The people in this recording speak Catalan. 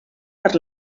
per